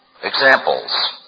examples